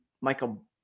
Michael